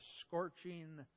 scorching